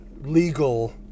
legal